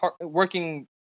working